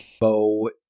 Bo